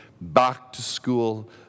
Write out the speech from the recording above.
back-to-school